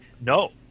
no